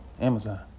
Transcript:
Amazon